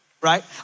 right